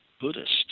Buddhist